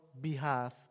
behalf